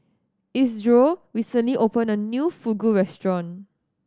Isidro recently open a new Fugu Restaurant